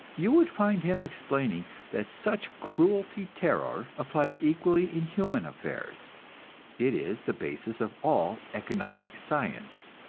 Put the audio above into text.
you would find him explaining that such cruelty-terror applies equally in human affairs it is the basis of all economic science,